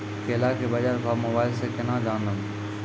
केला के बाजार भाव मोबाइल से के ना जान ब?